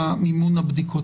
מימון הבדיקות.